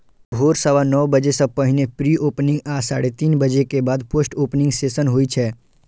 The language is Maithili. भोर सवा नौ बजे सं पहिने प्री ओपनिंग आ साढ़े तीन बजे के बाद पोस्ट ओपनिंग सेशन होइ छै